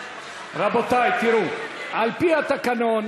רבותי, תראו, על-פי התקנון